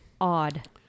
odd